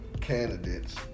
candidates